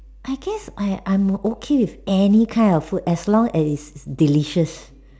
I guess I I'm okay with any kind of food as long as is delicious